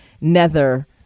nether